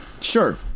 Sure